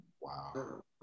Wow